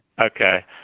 Okay